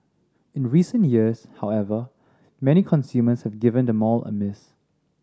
in recent years however many consumers have given the mall a miss